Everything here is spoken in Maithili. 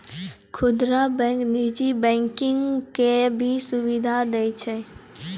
खुदरा बैंक नीजी बैंकिंग के भी सुविधा दियै छै